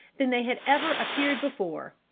than they had ever appeared before.